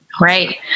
Right